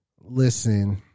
Listen